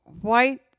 white